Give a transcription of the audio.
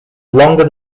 longer